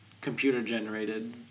computer-generated